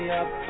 up